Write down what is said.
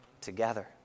together